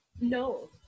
No